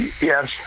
Yes